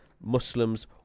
Muslims